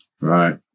Right